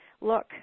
look